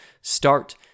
start